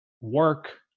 work